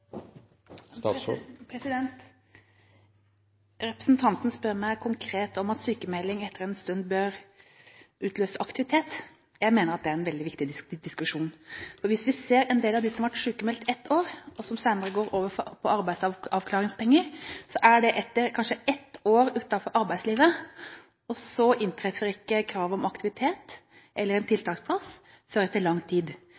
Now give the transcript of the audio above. Representanten spør meg konkret om sykmelding etter en stund bør utløse aktivitet. Jeg mener at det er en veldig viktig diskusjon. For hvis vi ser på en del av dem som har vært sykmeldt i ett år, og som senere går over på arbeidsavklaringspenger, er det kanskje ett år utenfor arbeidslivet, og så inntreffer ikke kravet om aktivitet eller en tiltaksplass før etter lang tid.